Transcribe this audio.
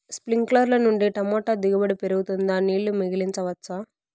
స్ప్రింక్లర్లు నుండి టమోటా దిగుబడి పెరుగుతుందా? నీళ్లు మిగిలించవచ్చా?